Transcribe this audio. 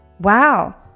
Wow